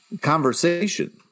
conversation